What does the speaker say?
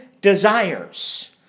desires